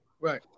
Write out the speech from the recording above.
right